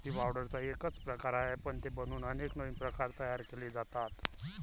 coffee पावडरचा एकच प्रकार आहे, पण ते बनवून अनेक नवीन प्रकार तयार केले जातात